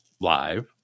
live